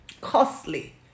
costly